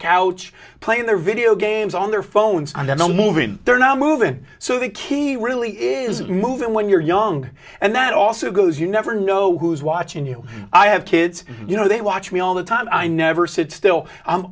couch playing their video games on their phones and then moving they're now moving so the key really isn't moving when you're young and that also goes you never know who's watching you i have kids you know they watch me all the time i never sit still i'm